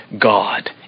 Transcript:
God